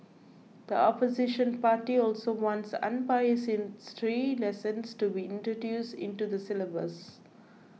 the opposition party also wants unbiased history lessons to be introduced into the syllabus